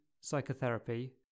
psychotherapy